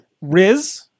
Riz